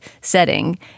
setting